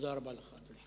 תודה רבה לך.